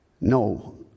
No